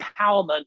empowerment